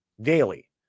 daily